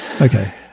Okay